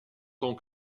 tant